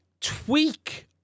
tweak